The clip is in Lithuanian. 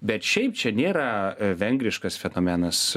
bet šiaip čia nėra vengriškas fenomenas